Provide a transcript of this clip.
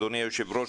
אדוני היושב-ראש,